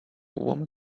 woman